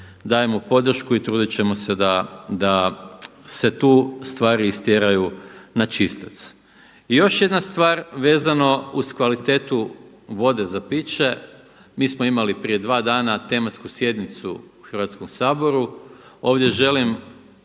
dajemo podršku i trudit ćemo se da se tu stvari istjeraju na čistac. I još jedna stvar vezano uz kvalitetu vode za piće. Mi smo imali prije dva dana tematsku sjednicu u Hrvatskom saboru. Ovdje želim